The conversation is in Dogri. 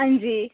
अंजी